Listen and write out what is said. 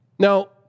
Now